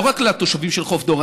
לא רק לתושבים של חוף דור,